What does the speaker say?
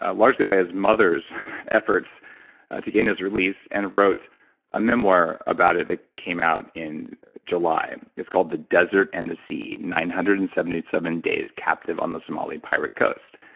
ah largely by his mother's efforts to gain his release, and wrote a memoir about it that came out in july, it's called the desert and the sea nine hundred and seventy seven days captive on the somali pirate coast.